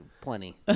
plenty